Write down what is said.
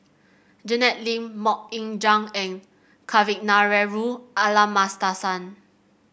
Janet Lim MoK Ying Jang and Kavignareru Amallathasan